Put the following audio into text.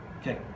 okay